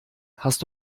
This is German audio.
hast